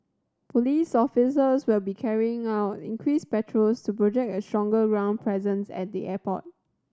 police officers will be carrying out increased patrols to project a stronger ground presence at the airport